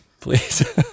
please